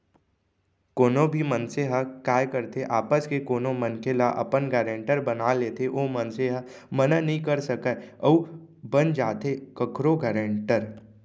कोनो भी मनसे ह काय करथे आपस के कोनो मनखे ल अपन गारेंटर बना लेथे ओ मनसे ह मना नइ कर सकय अउ बन जाथे कखरो गारेंटर